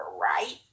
right